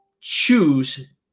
choose